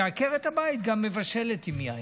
ועקרת הבית גם מבשלת עם יין.